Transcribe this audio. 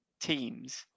teams